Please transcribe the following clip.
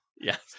Yes